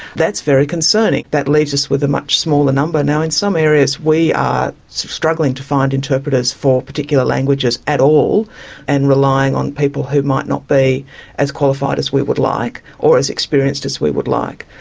that's very concerning. that leaves us with a much smaller number. in some areas we are struggling to find interpreters for particular languages at all and relying on people who might not be as qualified as we would like or as experienced as we would like.